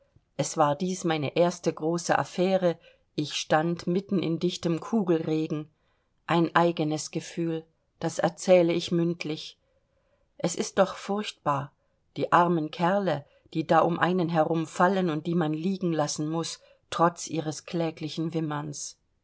es war dies meine erste große affaire ich stand mitten in dichtem kugelregen ein eigenes gefühl das erzähle ich mündlich es ist doch furchtbar die armen kerle die da um einen herum fallen und die man liegen lassen muß trotz ihres kläglichen wimmerns